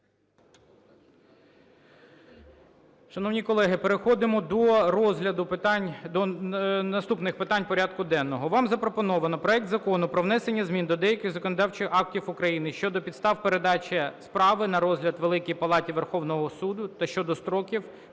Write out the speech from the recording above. Шановні колеги, переходимо до розгляду питань, до наступних питань порядку денного. Вам запропоновано проект Закону про внесення змін до деяких законодавчих актів України щодо підстав передачі справи на розгляд Великої Палати Верховного Суду та щодо строків